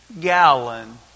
gallon